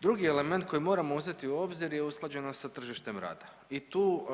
Drugi element koji moramo uzeti u obzir je usklađenost sa tržištem rada i tu